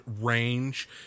range